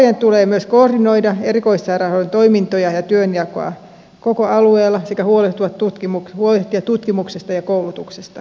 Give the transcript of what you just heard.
ervojen tulee myös koordinoida erikoissairaanhoidon toimintoja ja työnjakoa koko alueella sekä huolehtia tutkimuksesta ja koulutuksesta